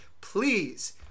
Please